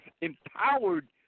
empowered